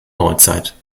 neuzeit